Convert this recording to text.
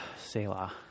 Selah